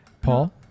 Paul